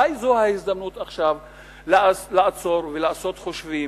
אולי זו ההזדמנות עכשיו לעצור ולעשות חושבים.